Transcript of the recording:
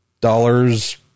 dollars